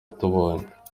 tubonye